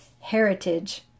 heritage